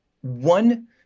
one